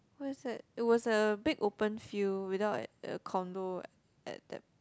where is that it was a big open field without a~ a condo at that